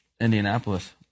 Indianapolis